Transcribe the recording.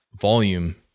volume